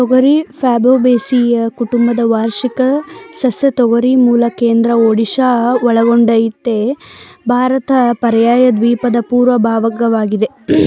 ತೊಗರಿ ಫ್ಯಾಬೇಸಿಯಿ ಕುಟುಂಬದ ವಾರ್ಷಿಕ ಸಸ್ಯ ತೊಗರಿ ಮೂಲ ಕೇಂದ್ರ ಒಡಿಶಾ ಒಳಗೊಂಡಂತೆ ಭಾರತದ ಪರ್ಯಾಯದ್ವೀಪದ ಪೂರ್ವ ಭಾಗವಾಗಿದೆ